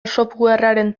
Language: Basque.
softwarearen